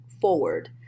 forward